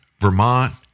Vermont